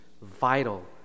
vital